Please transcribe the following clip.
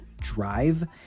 drive